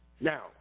Now